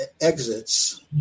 exits